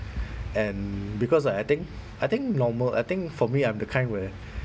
and because I think I think normal I think for me I'm the kind where